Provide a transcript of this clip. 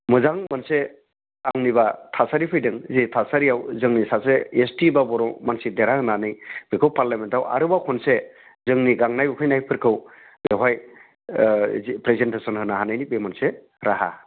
मोजां मोनसे आंनिबा थासारि फैदों जे थासारियाव जोंनि सासे एस टि बा बर' मानसि देरहा होनानै बेखौ पार्लियामेन्टआव आरोबाव खनसे जोंनि गांनाय उखैनायफोरखौ बेवहाय जि प्रेजेन्टेस'न होनो हानायनि बे मोनसे राहा